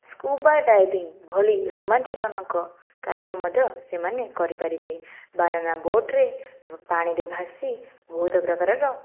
scuba diving ଭଳି ରୋମାଞ୍ଚଜନକ କାର୍ଯ୍ୟ ମଧ୍ୟ ସେମାନେ କରିପାରିବେ ବାନାନା ବୋଟରେ ପାଣିରେ ଭାସି ବହୁତ ପ୍ରକାରର